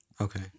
Okay